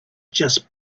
just